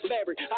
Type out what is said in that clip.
fabric